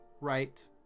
right